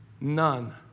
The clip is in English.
None